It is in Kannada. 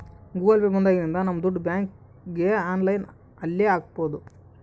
ಗೂಗಲ್ ಪೇ ಬಂದಾಗಿನಿಂದ ನಮ್ ದುಡ್ಡು ಬ್ಯಾಂಕ್ಗೆ ಆನ್ಲೈನ್ ಅಲ್ಲಿ ಹಾಕ್ಬೋದು